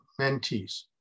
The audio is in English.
Mentees